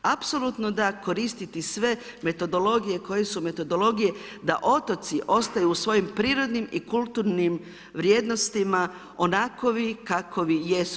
Apsolutno da koristiti sve metodologije koje su metodologije da otoci ostaju u svojim prirodnim i kulturnim vrijednostima onakovi kakovi jesu.